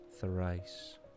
thrice